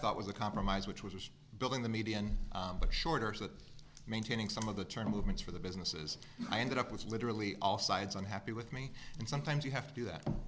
thought was a compromise which was building the median but shorter's that maintaining some of the turn a movement for the businesses i ended up with literally all sides unhappy with me and sometimes you have to do that